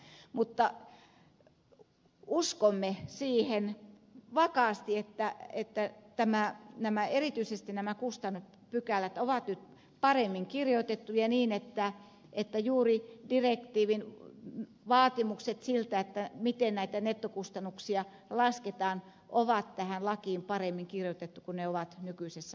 mutta uskomme siihen vakaasti että erityisesti nämä kustannuspykälät on nyt paremmin kirjoitettu ja niin että juuri direktiivin vaatimukset siitä miten näitä nettokustannuksia lasketaan on tähän lakiin paremmin kirjoitettu kuin ne on nykyisessä laissa